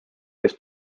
kes